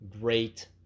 great